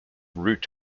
root